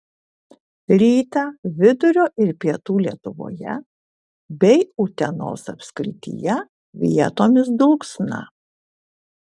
rytą vidurio ir pietų lietuvoje bei utenos apskrityje vietomis dulksna